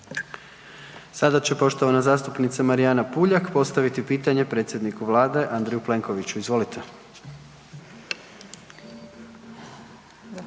Sada će poštovana zastupnica Marijana Puljak postaviti pitanje predsjedniku vlade Andreju Plenkoviću, izvolite.